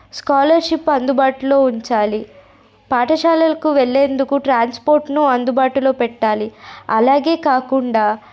scholarship అందుబాటులో ఉంచాలి పాఠశాలలకి వెళ్ళేందుకు ట్రాన్స్పోర్టును అందుబాటులో పెట్టాలి అలాగే కాకుండా